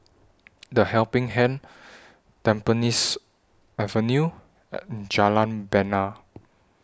The Helping Hand Tampines Avenue and Jalan Bena